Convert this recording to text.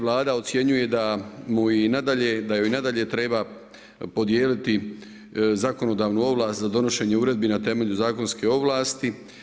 Vlada ocjenjuje da joj i nadalje treba podijeliti zakonodavnu ovlast za donošenje uredbi na temelju zakonske ovlasti.